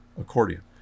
accordion